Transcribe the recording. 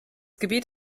gebiet